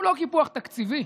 הוא לא קיפוח תקציבי,